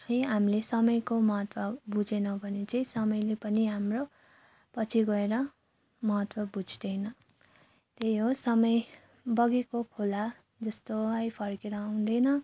है हामीले समयको महत्त्व बुझेनौँ भने चाहिँ समयले पनि हाम्रो पछि गएर महत्त्व बुझ्दैन त्यही हो समय बगेको खोला जस्तो हो फर्केर आउँदैन